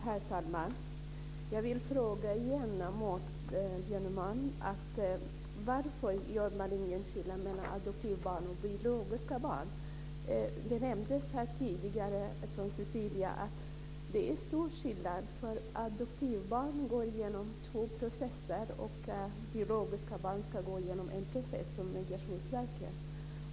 Herr talman! Jag vill fråga Maud Björnemalm varför man gör denna skillnad mellan adoptivbarn och biologiska barn. Som Cecilia nämnde tidigare är det stor skillnad. Adoptivbarn går igenom två processer, medan biologiska barn ska gå igenom en process på Migrationsverket.